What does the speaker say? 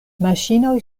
maŝinoj